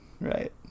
right